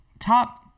top